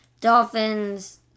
Dolphins